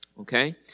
Okay